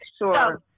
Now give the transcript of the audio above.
Sure